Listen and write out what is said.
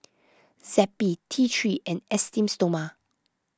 Zappy T three and Esteem Stoma